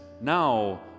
now